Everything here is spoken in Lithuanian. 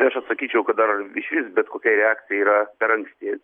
tai aš atsakyčiau kad dar išvis bet kokiai reakcijai yra per anksti